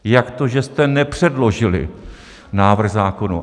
Jak to, že jste nepředložili návrh zákonů?